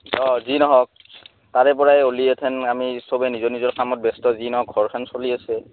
অঁ যি নহওক তাৰে পৰাই উলিয়েথেন আমি চবেই নিজৰ নিজৰ কামত ব্যস্ত যি নহওক ঘৰখন চলি আছে